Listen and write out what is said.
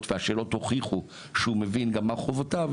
והשאלות הוכיחו שהוא הבין גם מה חובותיו